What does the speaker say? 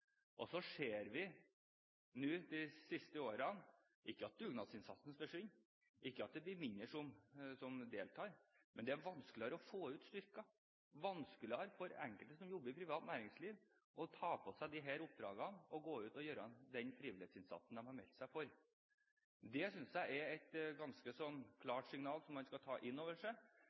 så ser vi nå de siste årene – ikke at dugnadsinnsatsen forsvinner, ikke at det blir færre som deltar – at det er vanskeligere å få ut styrker, vanskeligere for enkelte som jobber i privat næringsliv å ta på seg disse oppdragene, å gå ut og gjøre den frivillighetsinnsatsen de har meldt seg for. Det synes jeg er et ganske klart signal som man skal ta inn over seg.